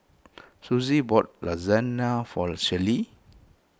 Suzie bought Lasagna for Sheree